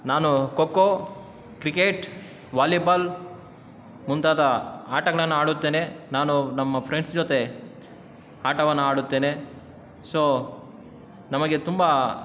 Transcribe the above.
ನಾನು kho kho cricket volleyball ಮುಂತಾದ ಆಟಗಳನ್ನು ಆಡುತ್ತೇನೆ ನಾನು ನಮ್ಮ ಫ್ರೆಂಡ್ಸ್ ಜೊತೆ ಆಟವನ್ನು ಆಡುತ್ತೇನೆ ಸೊ ನಮಗೆ ತುಂಬ